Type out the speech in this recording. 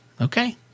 okay